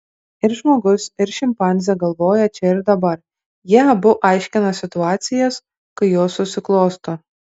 ir žmogus ir šimpanzė galvoja čia ir dabar jie abu aiškina situacijas kai jos susiklosto